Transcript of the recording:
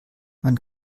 man